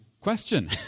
question